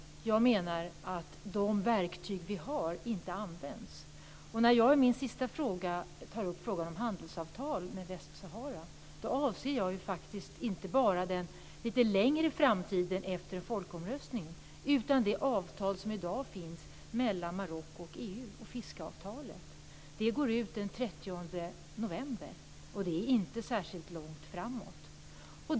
Jag menar att de verktyg vi har inte används. När jag i min sista fråga tar upp handelsavtal med Västsahara avser jag inte bara avtal längre fram i tiden, efter folkomröstningen, utan de avtal som i dag finns mellan Marocko och EU. Det gäller också fiskeavtalet, som går ut den 30 november; det är ju inte särskilt långt fram i tiden.